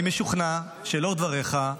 אני משוכנע שלאור דבריך,